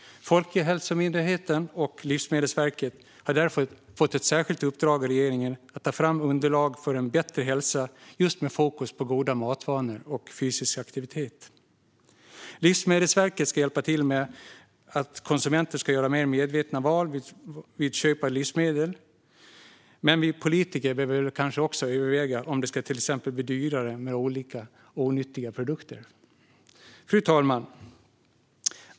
Folkhälsomyndigheten och Livsmedelsverket har, fru talman, därför fått ett särskilt uppdrag från regeringen att ta fram underlag för en bättre hälsa med fokus på goda matvanor och fysisk aktivitet. Livsmedelsverket ska hjälpa till med att konsumenter ska göra mer medvetna val vid köp av livsmedel. Men vi politiker behöver kanske också överväga om det till exempel ska bli dyrare med olika onyttiga produkter. Fru talman!